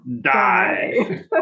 die